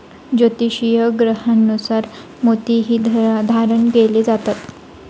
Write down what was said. ज्योतिषीय ग्रहांनुसार मोतीही धारण केले जातात